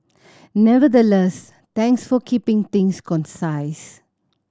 nevertheless thanks for keeping things concise